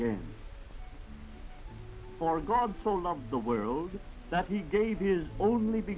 game for god so loved the world that he gave his only